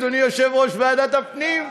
אדוני יושב-ראש ועדת הפנים?